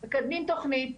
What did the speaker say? אנחנו מקדמים תכנית,